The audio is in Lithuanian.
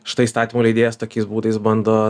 štai įstatymų leidėjas tokiais būdais bando